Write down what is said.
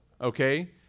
okay